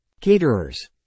caterers